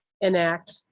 enact